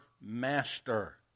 master